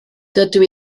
dydw